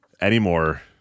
anymore